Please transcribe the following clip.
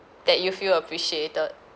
that you feel appreciated